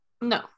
No